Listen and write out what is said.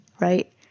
Right